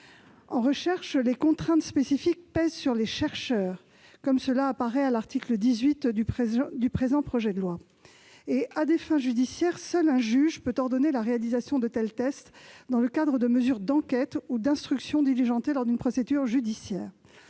En recherche, les contraintes spécifiques pèsent sur les chercheurs, comme cela apparaît à l'article 18 de ce projet de loi. Lorsque ces tests sont effectués à des fins judiciaires, seul un juge peut en ordonner la réalisation dans le cadre de mesures d'enquête ou d'instruction diligentées lors d'une procédure judiciaire.